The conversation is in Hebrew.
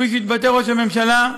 כפי שהתבטא ראש הממשלה,